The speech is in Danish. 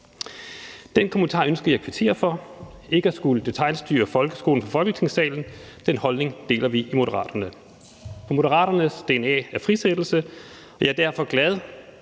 Den kommentar ønsker jeg at kvittere for, altså ikke at skulle detailstyre folkeskolen fra Folketingssalen – den holdning deler vi i Moderaterne. For Moderaternes dna er frisættelse, og jeg er derfor glad